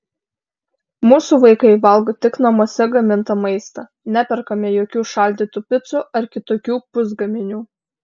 mūsų vaikai valgo tik namuose gamintą maistą neperkame jokių šaldytų picų ar kitokių pusgaminių